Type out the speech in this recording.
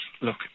look